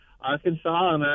Arkansas